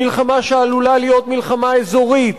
מלחמה שעלולה להיות מלחמה אזורית,